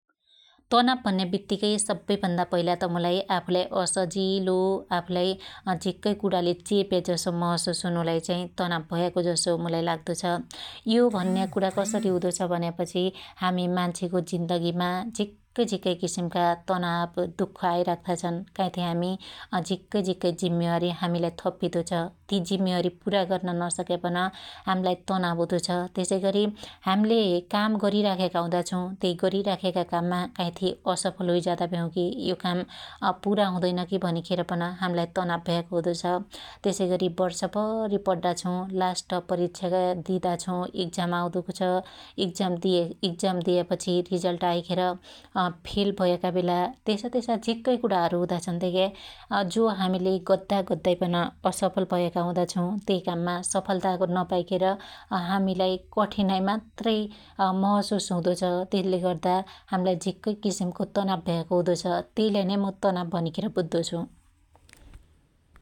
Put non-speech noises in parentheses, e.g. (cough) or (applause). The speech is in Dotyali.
तनाब भन्या बित्तीकै सब्बै भन्दा पइला त मुलाई आफुलाई असजिलो आफुलाई झिक्कै कुणाले च्प्याजसो महशुस हुनुलाई चाइ तनाब भयाको जसो यो भन्या कुणा कसरी हुदो छ भन्या पछि हामि मान्छेको जिन्दगिमा झिक्कै झीक्कै किसिमका तनाब दुख आईराख्ता छन् । काईथि हामि अझिक्कै झिक्कै जिम्मेवारी हामिलाई थप्पिदो छ । ति जिम्मेवारी पुरा गर्न नसक्या पन हाम्लाई तनाब हुदो छ । त्यसैगरी हाम्ले काम गरीराख्याका हुदा छौ तै गरीराख्याका काममा काइथी असफल होईजादा भयाउकी यो काम पुरा हुदैनकी भनिखेर पन हामिलाई तनाब भयाको हुदो छ । त्यसैगरी वर्षभरी पड्डा छु लास्ट परीक्षाका दिदा छौ इग्जाम आउदो छ । (hesitation) इग्जाम दियापछी रिजल्ट आइखेर अफिल भयाका बेला त्यासा त्यसा झिक्कै कुणाहरु हुदा छन् धेक्या । जो हामिले गद्दा गद्दै पन असफल भयाका हुदा छौ । त्यइ काममा सफलताको नपाईखेर हामिलाई कठनाई मात्रै अमहशुस हुदो छ तेल्ले गर्दो हाम्लाई झिक्कै किसिमको तनाब भयाको हुदो छ, त्यइलाई नै मु तनाब भनिखेर बुद्दो छ ।